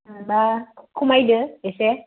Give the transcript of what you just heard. होनबा खमायदो एसे